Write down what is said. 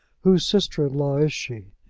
whose sister-in-law is she?